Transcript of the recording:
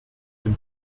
dem